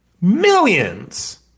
millions